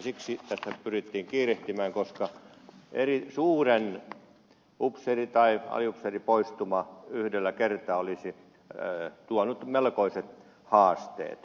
siksi tässä pyrittiin kiirehtimään koska suuri upseeri tai aliupseeripoistuma yhdellä kertaa olisi tuonut melkoiset haasteet